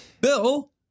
Bill